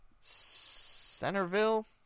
Centerville